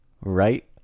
right